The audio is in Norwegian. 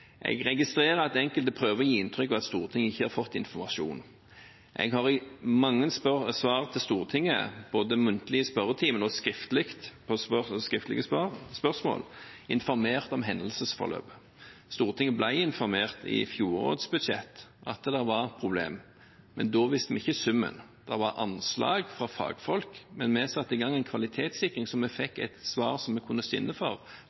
Jeg registrerer at enkelte prøver å gi inntrykk av at Stortinget ikke har fått informasjon. Jeg har i mange svar til Stortinget, både muntlig i spørretimen og som svar på skriftlige spørsmål, informert om hendelsesforløpet. Stortinget ble informert i fjorårets budsjett om at det var problemer, men da visste vi ikke summen. Det var anslag fra fagfolk, men vi satte i gang en kvalitetssikring så vi fikk et svar som vi kunne stå inne for